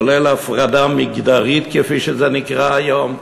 כולל הפרדה מגדרית, כפי שזה נקרא היום,